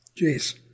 Jeez